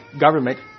government